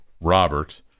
Robert